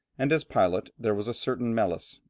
and as pilot there was a certain melis,